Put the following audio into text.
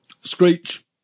Screech